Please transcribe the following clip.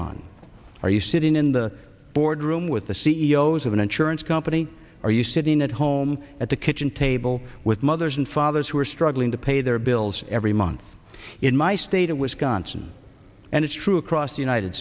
on are you sitting in the boardroom with the c e o s of an insurance company are you sitting at home at the kitchen table with mothers and fathers who are struggling to pay their bills every month in my state of wisconsin and it's true across the united